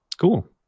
Cool